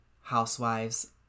housewives